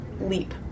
leap